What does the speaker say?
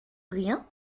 rien